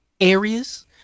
areas